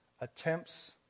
attempts